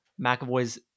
McAvoy's